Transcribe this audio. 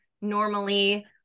normally